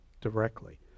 directly